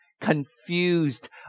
confused